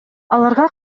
аларга